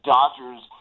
Dodgers